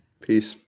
Peace